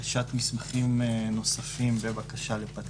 התשפ"א-2021 לאישור ועדת החוקה,